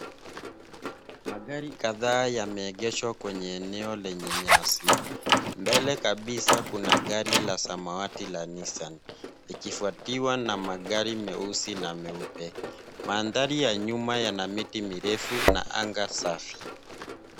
Magari kdhaa yameegeshwa kwenye eneo lenye nyasi . Mbele kabisa kuna gari la samawati la Nissan likifuatiwa na magari meusi na meupe. Mandhari ya nyuma yana miti mirefu na anga safi.